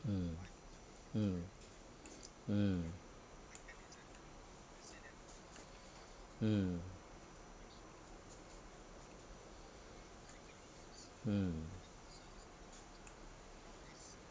mm mm mm mm mm